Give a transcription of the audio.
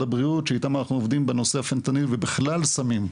הבריאות שאיתם אנחנו עובדים בנושא הפנטניל ובכלל סמים,